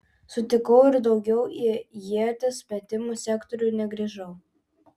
sutikau ir daugiau į ieties metimo sektorių negrįžau